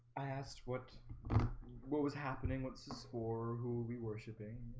i asked what what was happening? what's this for who we worshipping?